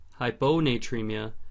hyponatremia